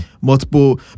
Multiple